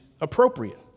appropriate